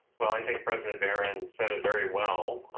well, i think president barron said it very well.